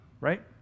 right